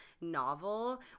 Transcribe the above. novel